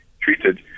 treated